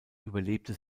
überlebte